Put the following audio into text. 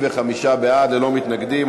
55 בעד, ללא מתנגדים.